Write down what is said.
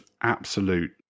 absolute